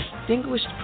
Distinguished